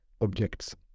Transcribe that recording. objects